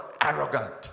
arrogant